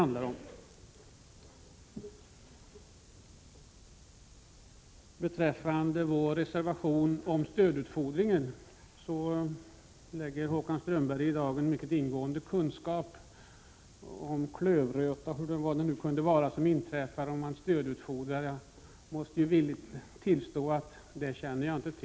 När det gällde vår reservation om stödutfodringen lade Håkan Strömberg i dagen en mycket ingående kunskap om klövröta och annat som djuren kunde drabbas av om man stödutfodrade dem. Jag måste tillstå att jag inte har hört talas om det.